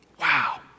Wow